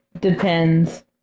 Depends